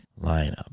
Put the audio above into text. lineup